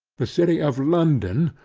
the city of london,